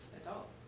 adult